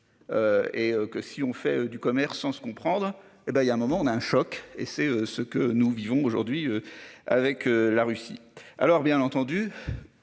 Et que si on fait du commerce sans se comprendre. Et ben il y a un moment d'un choc et c'est ce que nous vivons aujourd'hui avec la Russie. Alors bien entendu.